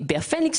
בהפניקס,